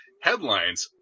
headlines